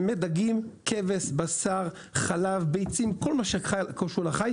זה מדגים, כבש, בשר, חלב, ביצים, כל מה שקשור לחי